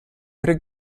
tre